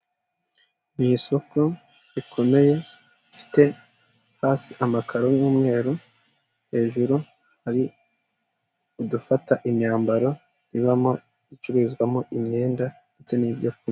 Ni isoko rikomeye rifite hasi amakaro y'umweru, hajuru hari udufata imyambaro ribamo, ricururizwamo imyenda ndetse n'ibyo ku...